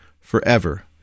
forever